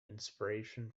inspiration